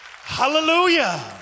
Hallelujah